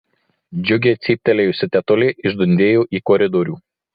džiugiai cyptelėjusi tetulė išdundėjo į koridorių